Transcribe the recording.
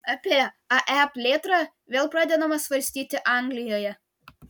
apie ae plėtrą vėl pradedama svarstyti anglijoje